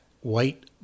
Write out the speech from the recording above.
white